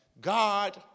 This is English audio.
God